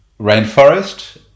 Rainforest